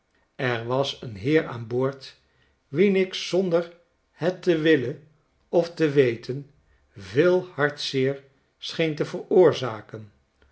er was een heer aan boord wien ik zonder het te wiilen of te weten veel hartzeer scheen te veroorzaken